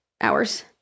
hours